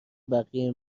بقیه